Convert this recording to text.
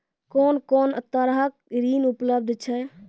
कून कून तरहक ऋण उपलब्ध छै?